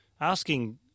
asking